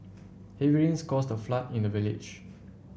heavy rains caused a flood in the village